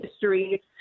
history